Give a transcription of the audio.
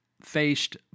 faced